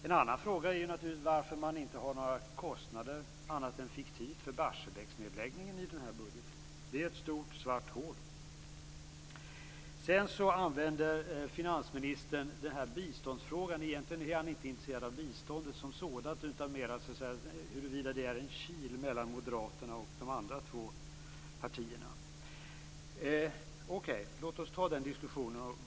En annan fråga är varför man inte har några kostnader, annat än fiktivt, för Barsebäcksnedläggningen i den här budgeten. Det är ett stort svart hål. När det sedan gäller biståndsfrågan är finansministern egentligen inte intresserad av biståndet som sådant utan mer av huruvida det är en kil mellan moderaterna och de två andra partierna. Okej, låt oss ta den diskussionen.